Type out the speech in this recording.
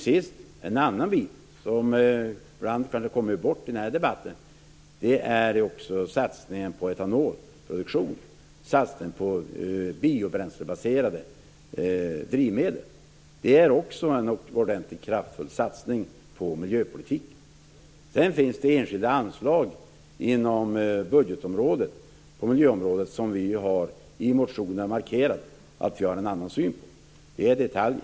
En bit som ibland kanske kommer bort i debatten är satsningen på etanolproduktion, på biobränslebaserade drivmedel. Även det är en ordentlig och kraftfull satsning på miljöpolitiken. Det finns också enskilda budgetanslag på miljöområdet. I motioner har vi markerat att vi där har en annan syn, men det är detaljer.